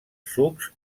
sucs